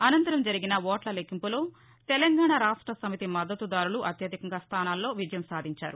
అనంతరం జరిగిన ఓట్ల లెక్కింపులో తెలంగాణా రాష్ట్ర సమితి మద్దతుదారులు అత్యధిక స్దానాల్లో విజయం సాధించారు